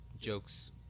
jokes